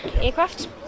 aircraft